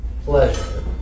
pleasure